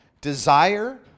desire